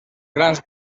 grans